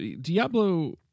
diablo